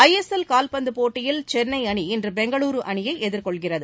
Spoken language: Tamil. ஐ எஸ் எல் கூவ்பந்து போட்டியில் சென்னை அணி இன்று பெங்களுரு அணியை எதிர்கொள்கிறது